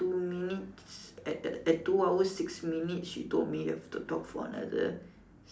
two minutes at at two hours six minutes she told me have to talk for another